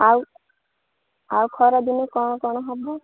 ଆଉ ଆଉ ଖରାଦିନେ କ'ଣ କ'ଣ ହବ